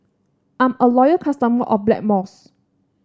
I'm a loyal customer of Blackmores